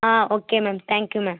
ah okay ma'am thank you ma'am